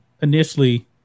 initially